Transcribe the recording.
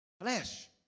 Flesh